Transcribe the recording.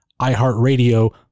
iHeartRadio